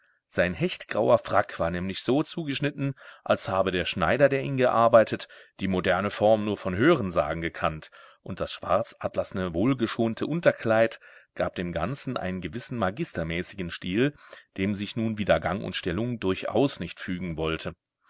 sein hechtgrauer frack war nämlich so zugeschnitten als habe der schneider der ihn gearbeitet die moderne form nur von hörensagen gekannt und das schwarzatlasne wohlgeschonte unterkleid gab dem ganzen einen gewissen magistermäßigen stil dem sich nun wieder gang und stellung durchaus nicht fügen wollte